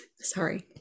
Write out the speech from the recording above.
Sorry